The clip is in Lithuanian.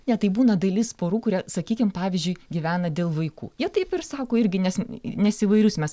ne tai būna dalis porų kurie sakykim pavyzdžiui gyvena dėl vaikų jie taip ir sako irgi nes nes įvairius mes